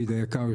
דוד היקר,